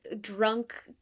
drunk